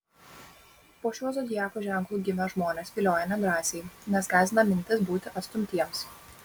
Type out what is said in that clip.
po šiuo zodiako ženklu gimę žmonės vilioja nedrąsiai nes gąsdina mintis būti atstumtiems